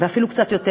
ואפילו קצת יותר.